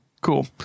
cool